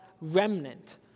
remnant